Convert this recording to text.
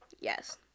yes